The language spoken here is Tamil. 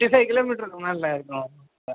ஃபிஃப்ட்டி ஃபைவ் கிலோ மீட்டர்க்கு மேலே இருக்கும் இப்போ